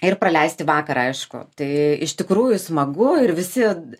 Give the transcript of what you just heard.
ir praleisti vakarą aišku tai iš tikrųjų smagu ir visi